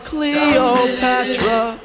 Cleopatra